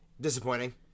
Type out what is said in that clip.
Disappointing